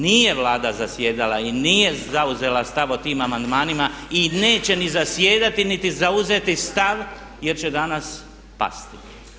Nije Vlada zasjedala i nije zauzela stav o tim amandmanima i neće ni zasjedati niti zauzeti stav jer će danas pasti.